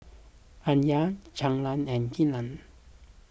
Aliyah Caylee and Kylan